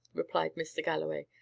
replied mr. galloway.